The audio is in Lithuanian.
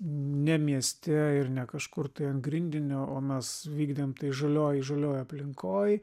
ne mieste ir ne kažkur tai ant grindinio o mes vykdėm tai žalioj žalioj aplinkoj